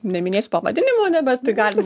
neminėsiu pavadinimų ne bet galim